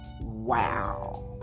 wow